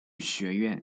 学院